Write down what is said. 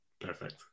Perfect